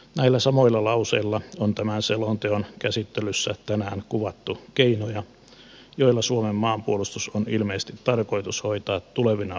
näillä samoilla lauseilla on tämän selonteon käsittelyssä tänään kuvattu keinoja joilla suomen maanpuolustus on ilmeisesti tarkoitus hoitaa tulevina vuosina